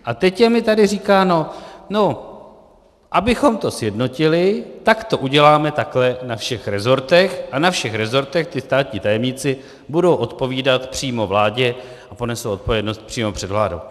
A teď je mi tady říkáno: No, abychom to sjednotili, tak to uděláme takhle na všech resortech a na všech resortech ti státní tajemníci budou odpovídat přímo vládě a ponesou odpovědnost přímo před vládou.